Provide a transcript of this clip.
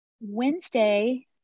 Wednesday